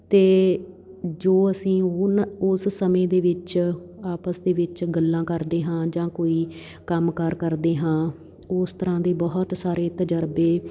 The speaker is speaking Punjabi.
ਅਤੇ ਜੋ ਅਸੀਂ ਉੱਨ ਉਸ ਸਮੇਂ ਦੇ ਵਿੱਚ ਆਪਸ ਦੇ ਵਿੱਚ ਗੱਲਾਂ ਕਰਦੇ ਹਾਂ ਜਾਂ ਕੋਈ ਕੰਮ ਕਾਰ ਕਰਦੇ ਹਾਂ ਉਸ ਤਰ੍ਹਾਂ ਦੇ ਬਹੁਤ ਸਾਰੇ ਤਜ਼ਰਬੇ